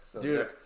Dude